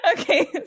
Okay